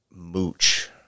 Mooch